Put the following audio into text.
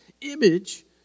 image